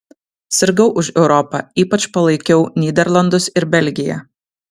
sirgau už europą ypač palaikiau nyderlandus ir belgiją